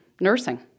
nursing